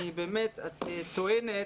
את טוענת